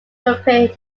groupe